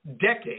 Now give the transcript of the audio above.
decades